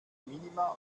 minima